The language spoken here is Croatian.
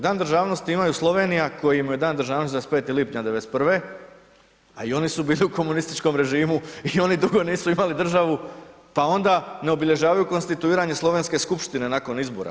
Dan državnosti imaju Slovenija kojima je Dan državnosti 25. lipnja 1991., a i oni su bili u komunističkom režimu i oni dugo nisu imali državu pa onda ne obilježavaju konstituiranje slovenske skupštine nakon izbora.